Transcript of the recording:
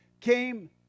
came